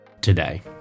today